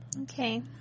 Okay